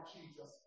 Jesus